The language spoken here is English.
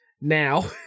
Now